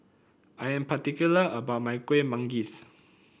I am particular about my Kuih Manggis